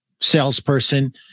salesperson